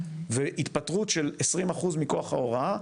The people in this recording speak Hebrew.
והתפטרות של 20% מכוח ההוראה,